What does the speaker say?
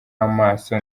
amaso